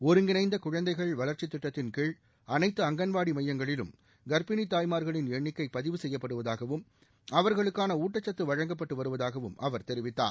ஒருங்கிணைந்த குழந்தைகள் வளர்ச்சித் திட்டத்தின் கீழ் அனைத்து அங்கன்வாடி மையங்களிலும் கர்ப்பணி தாய்மார்களின் எண்ணிக்கை பதிவு செய்யப்படுவதாகவும் அவர்களுக்கான ஊட்டச்சத்து வழங்கப்பட்டு வருவதாகவும் அவர் தெரிவித்தார்